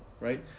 right